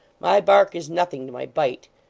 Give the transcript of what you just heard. my bark is nothing to my bite.